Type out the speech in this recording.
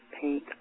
paint